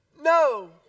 No